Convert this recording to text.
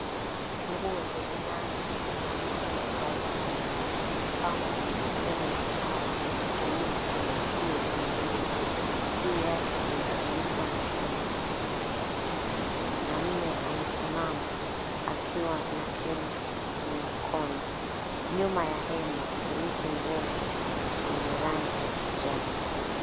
Nguo zenye rangi na muundo tofauti zimepangwa kwenye fremu ya mbao kutumia kitundikio cha nguo. Juu yake zimefunikwa na hema na mwanamme amesimama akiwa na simu kwenye mkono. Nyuma ya hema ni miti mirefu yenye rangi ya kijani.